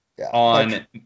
on